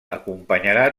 acompanyarà